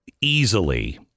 easily